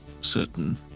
certain